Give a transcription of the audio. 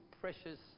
precious